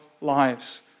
lives